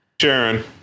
Sharon